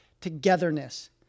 togetherness